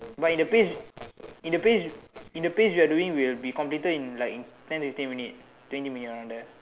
but in the pace in the pace in the pace we're doing we'll be completed in like in ten fifteen minute twenty minute around there